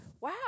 Wow